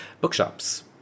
bookshops